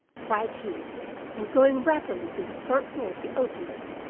cried he and going rapidly to the front door he opened it.